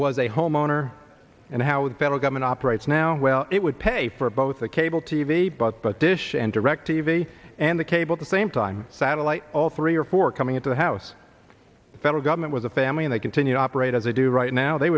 was a homeowner and how the federal government operates now well it would pay for both the cable t v but but dish and direct t v and the cable the same time satellite all three or four coming into the house the federal government was a family and they continue to operate as they do right now they